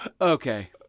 okay